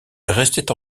restait